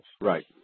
right